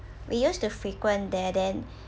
we used to frequent there then